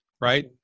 right